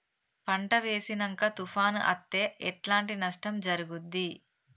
పంట వేసినంక తుఫాను అత్తే ఎట్లాంటి నష్టం జరుగుద్ది?